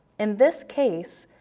in this case,